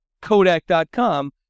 Kodak.com